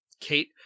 kate